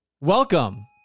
Welcome